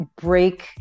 break